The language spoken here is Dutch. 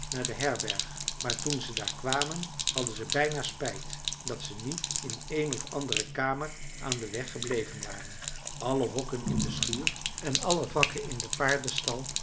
naar de herberg maar toen ze daar kwamen hadden ze bijna spijt dat ze niet in een of andere kamer aan den weg gebleven waren alle hokken in de schuur en alle vakken in den paardenstal